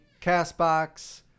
CastBox